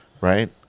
right